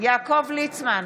יעקב ליצמן,